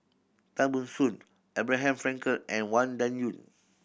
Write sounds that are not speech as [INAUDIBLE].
Tan Ban Soon Abraham Frankel and Wang [UNINTELLIGIBLE]